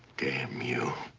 damn you.